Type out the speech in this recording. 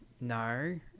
no